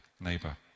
neighbor